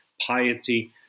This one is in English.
piety